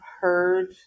heard